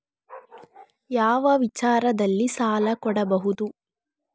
ಯಾವ ವಿಚಾರದಲ್ಲಿ ಸಾಲ ಕೊಡಬಹುದು?